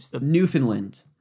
Newfoundland